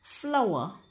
flour